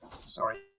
Sorry